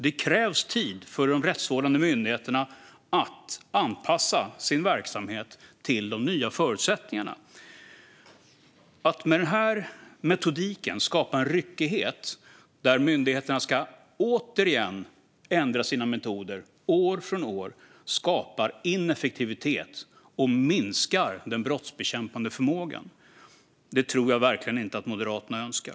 Det krävs tid för de rättsvårdande myndigheterna att anpassa sin verksamhet till de nya förutsättningarna. Att skapa en ryckighet där myndigheterna ska ändra sina metoder från år till år ger ineffektivitet och minskar den brottsbekämpande förmågan. Det tror jag verkligen inte att Moderaterna önskar.